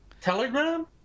Telegram